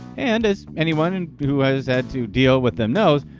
and, as anyone and who has had to deal with them knows,